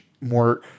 more